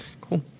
Cool